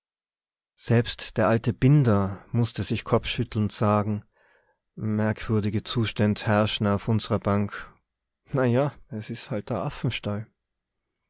selbst der alte binder mußte sich kopfschüttelnd sagen merkwürdige zuständ herrsche uff unserer bank no ja es is halt